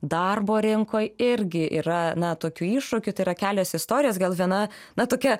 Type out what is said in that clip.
darbo rinkoj irgi yra na tokiu iššūkių tai yra kelios istorijos gal viena na tokia